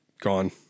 Gone